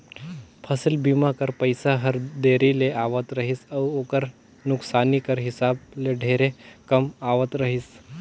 फसिल बीमा कर पइसा हर देरी ले आवत रहिस अउ ओकर नोसकानी कर हिसाब ले ढेरे कम आवत रहिस